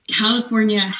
California